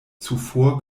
zuvor